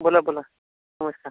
बोला बोला नमस्कार